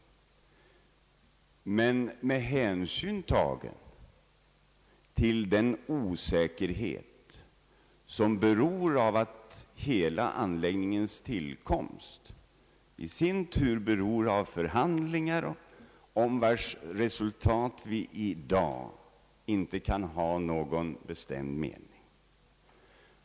Härvid måste emellertid hänsyn tagas till den osäkerhet som kommer av att hela anläggningens tillkomst i sin tur avgörs av förhandlingar, om vars resul tat vi i dag inte kan ha någon bestämd mening.